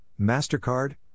MasterCard